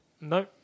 No